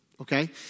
Okay